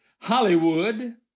Hollywood